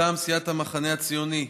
מטעם סיעת המחנה הציוני,